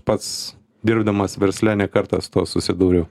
pats dirbdamas versle ne kartą su tuo susidūriau